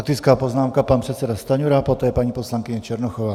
Faktická poznámka, pan předseda Stanjura, poté paní poslankyně Černochová.